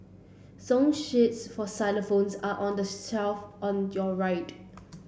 song sheets for xylophones are on the shelf on your right